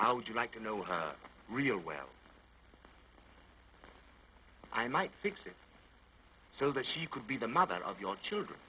i would you like to know her real well i might fix it so that she could be the mother of your children